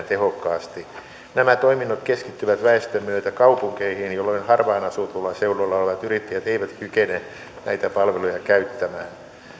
tehokkaasti nämä toiminnot keskittyvät väestön myötä kaupunkeihin jolloin harvaan asutulla seudulla olevat yrittäjät eivät kykene näitä palveluja käyttämään